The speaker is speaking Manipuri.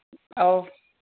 ꯑꯧ